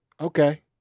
Okay